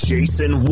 Jason